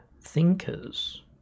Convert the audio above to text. thinkers